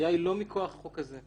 ההשעיה היא לא מכוח החוק הזה.